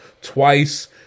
twice